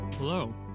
Hello